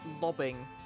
lobbing